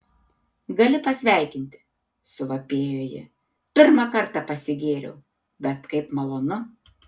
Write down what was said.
gali pasveikinti suvapėjo ji pirmą kartą pasigėriau bet kaip malonu